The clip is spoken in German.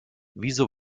wieso